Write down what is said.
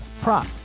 prop